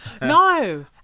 no